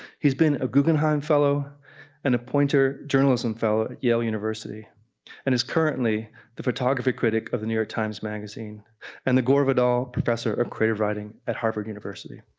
he's been a guggenheim fellow and a poynter journalism fellow at yale university and is currently the photography critic of the new york times magazine and the gore of it all professor of creative writing at harvard university.